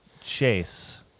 Chase